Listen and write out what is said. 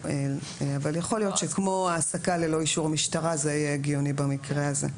אבל יכול להיות שכמו העסקה ללא אישור משטרה זה יהיה הגיוני במקרה הזה,